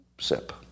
sip